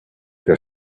they